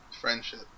Friendship